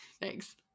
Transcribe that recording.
Thanks